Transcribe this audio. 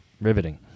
Riveting